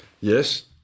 Yes